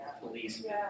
policemen